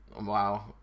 Wow